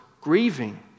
grieving